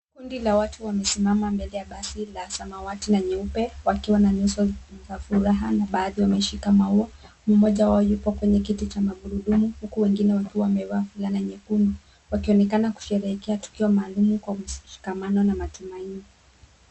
Kundi la watu wamesimama mbele ya basi la samawati na nyeupe, wakiwa na nyuso za furaha, na baadhi wameshika maua. Mmoja wao yupo kwenye kiti cha magurudumu, huku wengine wakiwa wamevaa fulana nyekundu, wakionekana kusherehekea tukio maalumu kwa mshikamano na matumaini.